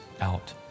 out